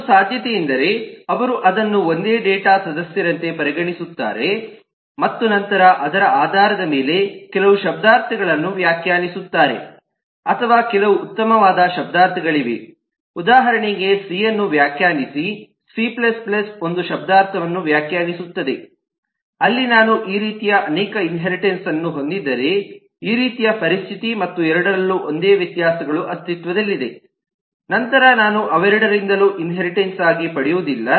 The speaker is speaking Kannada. ಒಂದು ಸಾಧ್ಯತೆಯೆಂದರೆ ಅವರು ಅದನ್ನು ಒಂದೇ ಡೇಟಾ ಸದಸ್ಯರಂತೆ ಪರಿಗಣಿಸುತ್ತಾರೆ ಮತ್ತು ನಂತರ ಅದರ ಆಧಾರದ ಮೇಲೆ ಕೆಲವು ಶಬ್ದಾರ್ಥಗಳನ್ನು ವ್ಯಾಖ್ಯಾನಿಸುತ್ತಾರೆ ಅಥವಾ ಕೆಲವು ಉತ್ತಮವಾದ ಶಬ್ದಾರ್ಥಗಳಿವೆ ಉದಾಹರಣೆಗೆ ಸಿ ಅನ್ನು ವ್ಯಾಖ್ಯಾನಿಸಿ ಸಿ c ಒಂದು ಶಬ್ದಾರ್ಥವನ್ನು ವ್ಯಾಖ್ಯಾನಿಸುತ್ತದೆ ಅಲ್ಲಿ ನಾನು ಈ ರೀತಿಯ ಅನೇಕ ಇನ್ಹೇರಿಟೆನ್ಸ್ ಅನ್ನು ಹೊಂದಿದ್ದರೆ ಈ ರೀತಿಯ ಪರಿಸ್ಥಿತಿ ಮತ್ತು ಎರಡರಲ್ಲೂ ಒಂದೇ ವ್ಯತ್ಯಾಸಗಳು ಅಸ್ತಿತ್ವದಲ್ಲಿದೆ ನಂತರ ನಾನು ಅವೆರಡರಿಂದಲೂ ಇನ್ಹೇರಿಟೆನ್ಸ್ ಆಗಿ ಪಡೆಯುವುದಿಲ್ಲ